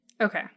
Okay